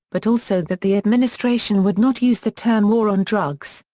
but also that the administration would not use the term war on drugs,